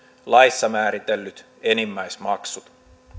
laissa määritellyt enimmäismaksut